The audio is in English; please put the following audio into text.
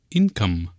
income